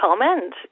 comment